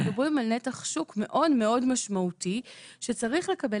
מדברים על נתח שוק מאוד מאוד משמעותי שצריך לקבל